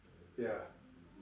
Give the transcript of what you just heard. ya